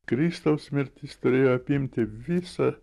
kristaus mirtis turėjo apimti visą